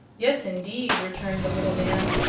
yes, indeed! returned the little man.